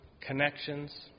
connections